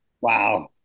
Wow